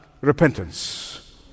repentance